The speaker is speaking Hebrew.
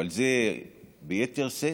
אבל זה ביתר שאת,